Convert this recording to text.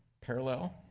parallel